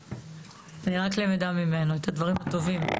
אני רק למדה ממנו, את הדברים הטובים.